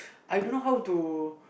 I don't know how to